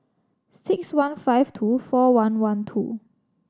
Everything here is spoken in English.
six one five two four one one two